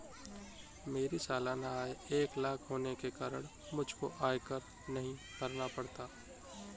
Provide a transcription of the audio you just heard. मेरी सालाना आय एक लाख होने के कारण मुझको आयकर नहीं भरना पड़ता